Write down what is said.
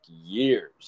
years